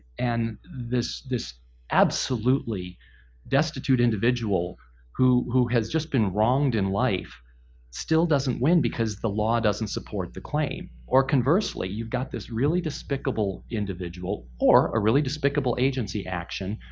and this this absolutely destitute individual who who has just been wronged in life still doesn't win, because the law doesn't support the claim. or conversely, you've got this really despicable individual, or a really despicable agency action,